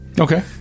okay